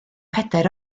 pedair